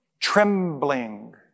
trembling